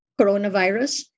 coronavirus